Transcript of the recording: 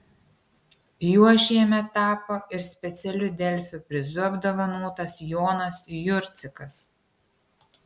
juo šiemet tapo ir specialiu delfi prizu apdovanotas jonas jurcikas